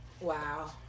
Wow